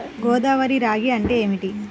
గోదావరి రాగి అంటే ఏమిటి?